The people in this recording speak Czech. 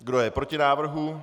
Kdo je proti návrhu?